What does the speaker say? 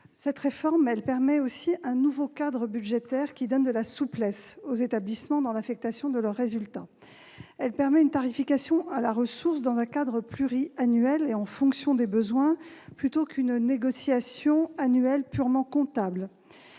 Cette réforme permet de mettre en place un nouveau cadre budgétaire, qui donne de la souplesse aux établissements dans l'affectation de leurs résultats. Elle permet une tarification à la ressource dans un cadre pluriannuel et en fonction des besoins, plutôt qu'une négociation annuelle purement comptable.